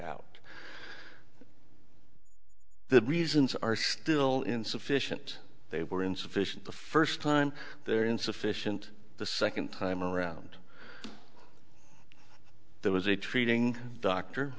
out the reasons are still insufficient they were insufficient the first time there insufficient the second time around there was a treating doctor